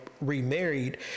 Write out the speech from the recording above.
remarried